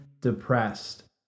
depressed